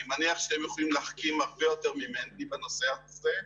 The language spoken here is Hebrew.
אני מניח שהם יכולים להחכים הרבה יותר ממני בנושא הזה,